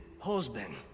husband